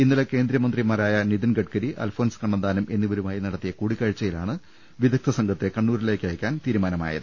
ഇന്നലെ കേന്ദ്രമന്ത്രിമാരായ നിതിൻ ഗ ഡ്കരി അൽഫോൺസ് കണ്ണന്താനം എന്നിവരുമായി നടത്തിയ കൂടിക്കാഴ്ചയിലാണ് വിദഗ്ധ് സംഘത്തെ കണ്ണൂരിലേക്ക് അയക്കാൻ തീരുമാനമായത്